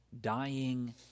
Dying